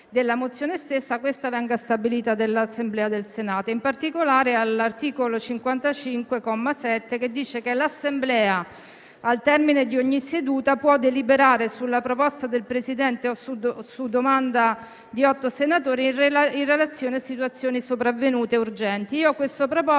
della mozione stessa, questa venga stabilita dell'Assemblea del Senato. In particolare, l'articolo 55, comma 7, dice che «l'Assemblea, al termine di ogni seduta, può deliberare, su proposta del Presidente o su domanda (...) di otto senatori, in relazione a situazioni sopravvenute e urgenti». A questo proposito